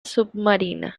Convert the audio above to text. submarina